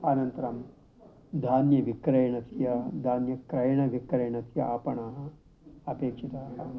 अनन्तरं धान्यविक्रयणस्य धान्यक्रयणविक्रयणस्य आपणाः अपेक्षिताः